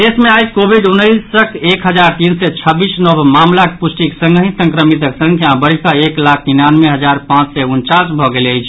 प्रदेश मे आई कोविड उन्नैसक एक हजार तीन सय छब्बीस नव मामिलाक पुष्टिक संगहि संक्रमितक संख्या बढ़िकऽ एक लाख निन्यानवे हजार पांच सय उनचास भऽ गेल अछि